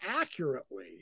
accurately